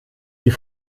die